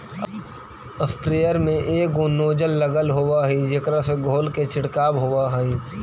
sprayer में एगो nozzle लगल होवऽ हई जेकरा से धोल के छिडकाव होवऽ हई